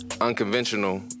unconventional